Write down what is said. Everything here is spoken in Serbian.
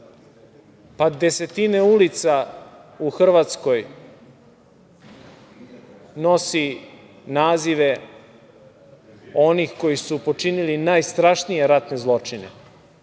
ga. Desetine ulica u Hrvatskoj nosi nazive onih koji su počinili najstrašnije ratne zločine,